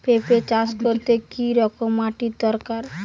পেঁপে চাষ করতে কি রকম মাটির দরকার?